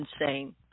insane